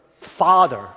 Father